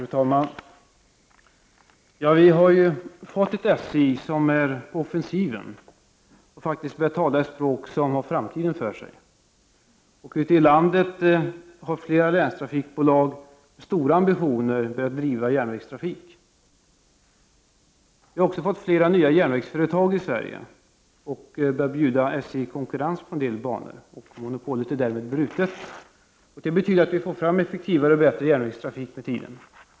Fru talman! Vi har ju fått ett SJ som är på offensiven och som faktiskt talar ett språk som har framtiden för sig. Ute i landet har flera länstrafikbolag stora ambitioner att driva järnvägstrafik. Vi har också fått flera nya järnvägsföretag i Sverige som börjar bjuda SJ konkurrens på en del banor. Monopolet är därmed brutet, och det betyder att vi får fram effektivare och bättre järnvägstrafik med tiden.